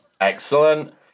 Excellent